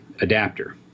adapter